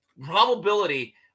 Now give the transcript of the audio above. probability